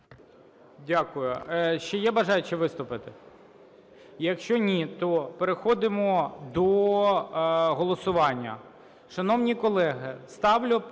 Дякую. Ще є бажаючі виступити? Якщо ні, то переходимо до голосування.